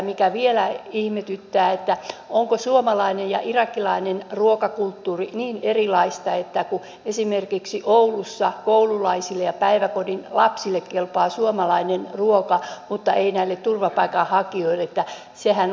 ja vielä ihmetyttää onko suomalainen ja irakilainen ruokakulttuuri niin erilaista että esimerkiksi oulussa koululaisille ja päiväkodin lapsille kelpaa suomalainen ruoka mutta ei näille turvapaikanhakijoille